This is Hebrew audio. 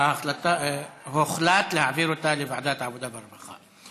הוחלט להעביר לוועדת העבודה והרווחה.